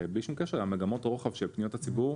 ובלי שום קשר למגמות הרוחב של פניות הציבור,